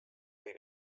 võib